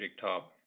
top